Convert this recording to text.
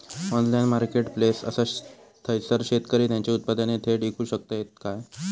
Online marketplace असा थयसर शेतकरी त्यांची उत्पादने थेट इकू शकतत काय?